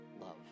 love